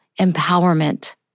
empowerment